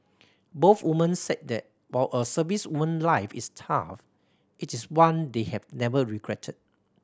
both women said that while a servicewoman life is tough it is one they have never regretted